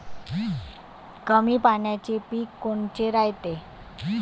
कमी पाण्याचे पीक कोनचे रायते?